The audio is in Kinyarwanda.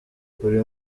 buri